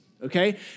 okay